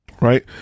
Right